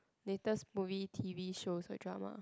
latest movie t_v shows or drama